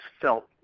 felt